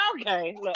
Okay